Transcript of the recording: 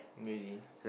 really